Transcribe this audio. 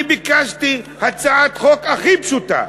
אני ביקשתי הצעת חוק הכי פשוטה.